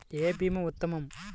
ఏ భీమా ఉత్తమము?